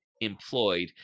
employed